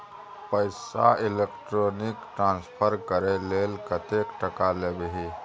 पैसा electronic transfer करय लेल कतेक टका लेबही